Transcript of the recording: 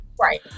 Right